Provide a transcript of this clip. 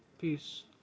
Peace